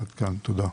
תודה.